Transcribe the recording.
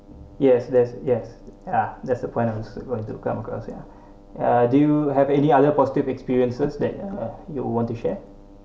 yes yes yes ya that's the point I was going to come across ya uh do you have any other positive experiences that uh you want to share